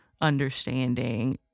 understanding